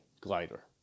glider